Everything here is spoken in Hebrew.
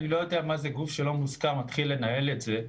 אני לא יודע מה זה גוף שלא מוזכר מתחיל לנהל את זה.